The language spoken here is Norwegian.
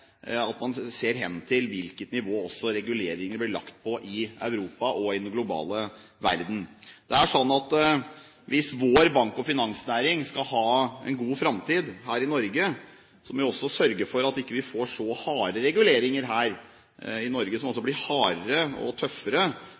må man også se hen til hvilket nivå reguleringer blir lagt på i Europa og i verden ellers. Det er sånn at hvis vår bank- og finansnæring skal ha en god framtid her i Norge, må vi også sørge for at vi ikke får så harde reguleringer her at de blir hardere og tøffere